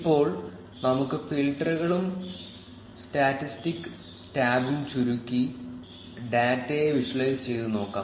ഇപ്പോൾ നമുക്ക് ഫിൽട്ടറുകളും സ്റ്റാറ്റിസ്റ്റിക് ടാബും ചുരുക്കി ഡാറ്റയെ വിഷ്വലൈസ് ചെയ്ത് നോക്കാം